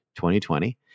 2020